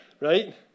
right